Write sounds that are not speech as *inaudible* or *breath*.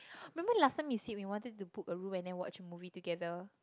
*breath* remember last time we said we wanted to book a room and then watch a movie together